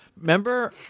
Remember